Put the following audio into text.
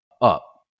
up